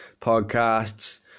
podcasts